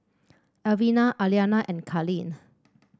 Alvina Aliana and Kalyn